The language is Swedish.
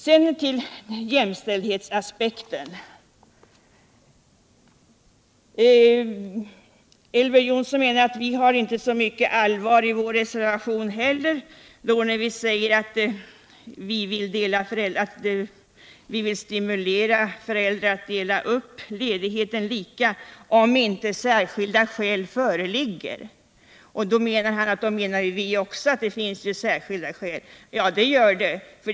Sedan ull jämställdhetsaspekten. Elver Jonsson menar att det inte finns så mycket allvar i vår reservation, när vi säger att vi vill stimulera föräldrar att dela upp ledigheten lika, om inte särskilda skäl föreligger. Socialdemokraterna anser alltså att det finns särskilda skäl, menar Elver Jonsson. Ja, det gör det.